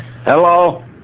Hello